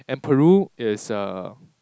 and Peru is a